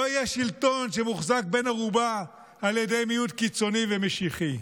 לא יהיה שלטון שמוחזק בן ערובה על ידי מיעוט קיצוני ומשיחי,